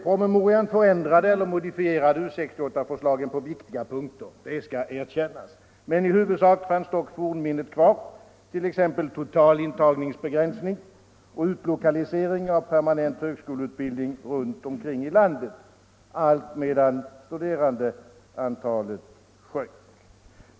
Promemorian förändrade eller modifierade U 68-förslaget på viktiga punkter — det skall erkännas. Men i huvudsak fanns dock fornminnet kvar, t.ex. total intagningsbegränsning och utlokalisering av permanent högskoleutbildning runt omkring i landet, allt medan studerandeantalet sjönk.